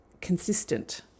consistent